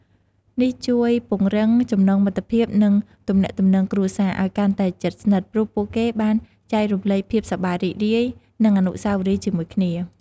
នេះជួយពង្រឹង ចំណងមិត្តភាព និងទំនាក់ទំនងគ្រួសារ ឲ្យកាន់តែជិតស្និទ្ធ ព្រោះពួកគេបានចែករំលែកភាពសប្បាយរីករាយ និងអនុស្សាវរីយ៍ជាមួយគ្នា។